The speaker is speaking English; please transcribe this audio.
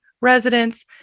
residents